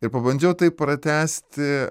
ir pabandžiau tai pratęsti